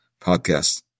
podcast